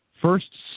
first